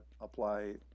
apply